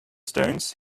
stones